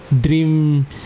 dream